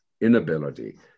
inability